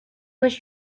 was